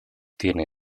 tiene